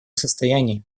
состоянии